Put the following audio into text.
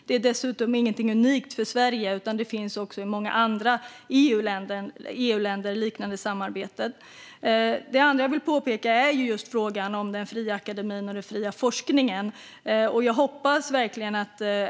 Det är dessutom inget unikt för Sverige, utan liknande samarbeten finns också i många andra EU-länder. Det andra jag vill peka på är frågan om den fria akademin och den fria forskningen.